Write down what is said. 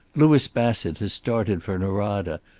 louis bassett has started for norada,